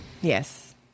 Yes